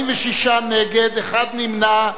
46 נגד, אחד נמנע.